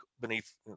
beneath